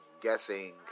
guessing